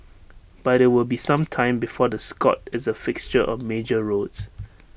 but IT will be some time before the Scot is A fixture on major roads